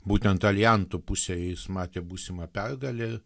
būtent alijantų pusėj jis matė būsimą pergalę